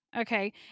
Okay